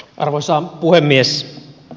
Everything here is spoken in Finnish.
arvoisa puhemies